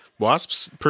Wasps